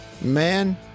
Man